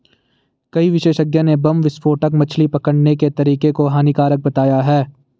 कई विशेषज्ञ ने बम विस्फोटक मछली पकड़ने के तरीके को हानिकारक बताया है